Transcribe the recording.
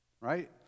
right